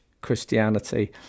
Christianity